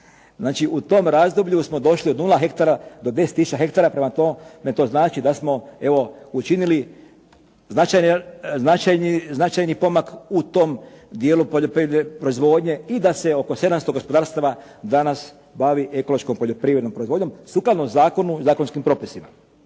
Znači u tom razdoblju smo došli od 0 hektara do 10 tisuća hektara, prema tome to znači da smo evo učinili značajni pomak u tom dijelu poljoprivredne proizvodnje i da se oko 700 gospodarstava danas bavi ekološko poljoprivrednom proizvodnjom sukladno zakonu i zakonskim propisima.